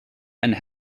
and